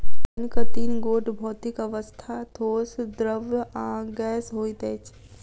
पाइनक तीन गोट भौतिक अवस्था, ठोस, द्रव्य आ गैस होइत अछि